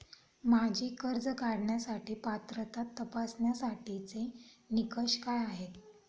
माझी कर्ज काढण्यासाठी पात्रता तपासण्यासाठीचे निकष काय आहेत?